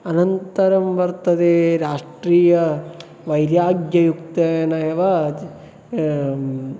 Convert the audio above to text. अनन्तरं वर्तते राष्ट्रीय वैराग्ययुक्तेन एव